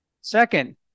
Second